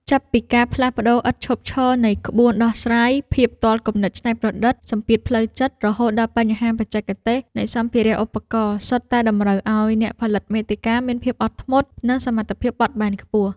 ចាប់ពីការផ្លាស់ប្តូរឥតឈប់ឈរនៃ ក្បួនដោះស្រាយ ភាពទាល់គំនិតច្នៃប្រឌិត សម្ពាធផ្លូវចិត្ត រហូតដល់បញ្ហាបច្ចេកទេសនៃសម្ភារៈឧបករណ៍ សុទ្ធតែតម្រូវឱ្យអ្នកផលិតមាតិកាមានភាពអត់ធ្មត់ និងសមត្ថភាពបត់បែនខ្ពស់។